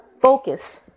focus